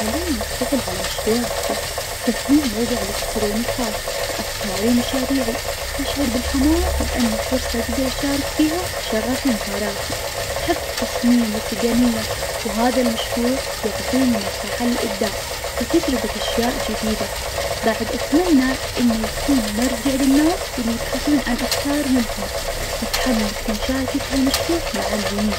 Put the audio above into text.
حالياً أشتغل على مشروع بسيط, تصميم موقع إلكتروني خاص بأفكاري ومشاريعي, أشعر بالحماس, لأنه فرصة اقدر اشارك فيها شغف ومهاراتي, أحب التصميم والتقنية, وهذا المشروع يعطيني مساحة للإبداع, وتجربة اشياء جديدة, بعد أتمنى إنه يكون مرجع للناس اللي يبحثون عن أفكار ملهمة, متحمست لمشاركة هالمشروع مع الجميع.